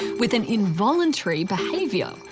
with an involuntary behaviour,